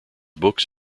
books